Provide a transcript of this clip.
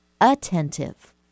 attentive